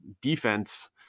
defense